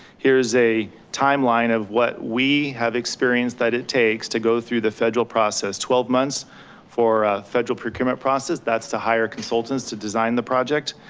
here's a timeline of what we have experienced that it takes to go through the federal process twelve months for federal procurement process that's to hire consultants to design the project.